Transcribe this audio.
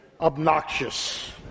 obnoxious